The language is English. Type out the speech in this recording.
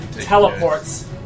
teleports